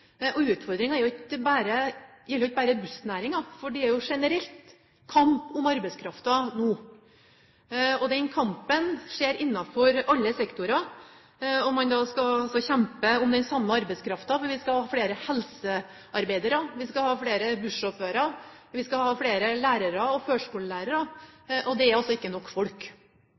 gjelder jo ikke bare bussnæringen, for det er generelt en kamp om arbeidskraften nå. Den kampen skjer innenfor alle sektorer, og man skal kjempe om den samme arbeidskraften, for vi skal ha flere helsearbeidere, vi skal ha flere bussjåfører, vi skal ha flere lærere og førskolelærere, og det er altså ikke nok folk.